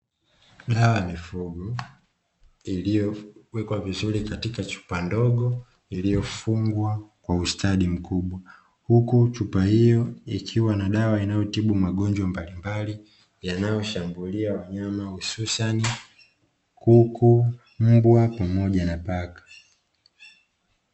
Dawa ya mifugo iliyowekwa vizuri katika chupa ndogo iliyofungwa kwa ustadi mkubwa uku chupa iyo ikiwa na dawa inayotibu magonjwa mbalimbali yanayo shambulia wanyama ususani kuku, mbwa pamoja na paka.